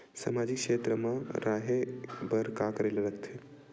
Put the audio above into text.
सामाजिक क्षेत्र मा रा हे बार का करे ला लग थे